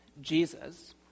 Jesus